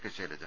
K Shailaja